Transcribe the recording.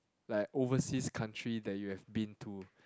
like overseas country that you have been to